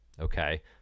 Okay